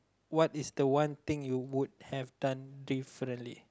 what is the one thing you would have done differently